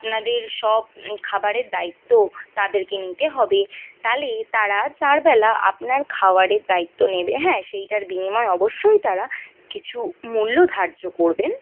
আপনাদের সব খাবারের দায়িত্ব তাদেরকে নিতে হবে তালে তারা চারবেলা আপনার খাওয়ারের দায়িত্ব নেবে হ্যাঁ সেইটার বিনিময়ে অবশ্যই তারা কিছু মূল্য ধার্য করবেন